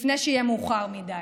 לפני שיהיה מאוחר מדי.